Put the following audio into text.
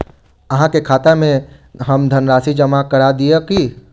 अहाँ के खाता में हम धनराशि जमा करा दिअ की?